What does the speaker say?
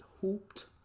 hooped